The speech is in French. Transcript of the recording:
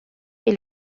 est